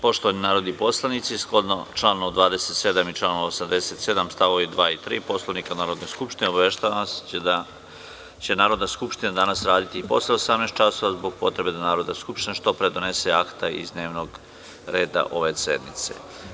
Poštovani narodni poslanici, shodno članu 27. i članu 87. stavovi 2. i 3. Poslovnika Narodne skupštine, obaveštavam vas da će Narodna skupština danas raditi i posle 18 časova, zbog potrebe da Narodna skupština što pre donese akta iz dnevnog reda ove sednice.